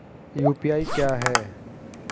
UPI क्या है?